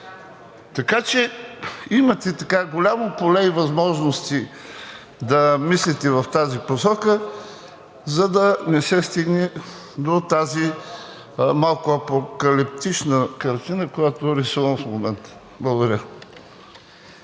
Така че имате голямо поле и възможности да мислите в тази посока, за да не се стигне до тази малко апокалиптична картина, която рисувам в момента. Благодаря.